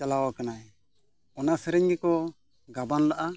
ᱪᱟᱞᱟᱣ ᱟᱠᱟᱱᱟᱭ ᱚᱱᱟ ᱥᱮᱨᱮᱧ ᱜᱮᱠᱚ ᱜᱟᱵᱟᱱ ᱞᱮᱫᱼᱟ